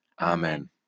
Amen